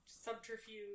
subterfuge